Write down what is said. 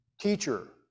teacher